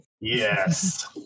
yes